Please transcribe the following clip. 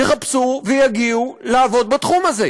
יחפשו ויגיעו לעבוד בתחום הזה.